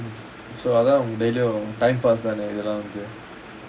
time pass இதுலாம்வந்து:idhulam vandhu